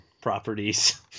properties